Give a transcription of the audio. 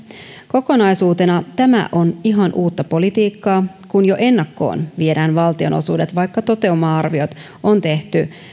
kokonaisuutena tämä on ihan uutta politiikkaa kun jo ennakkoon viedään valtionosuudet vaikka toteuma arviot on tehty